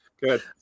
Good